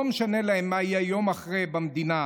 לא משנה להם מה יהיה ביום שאחרי במדינה,